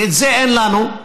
ואת זה אין לנו.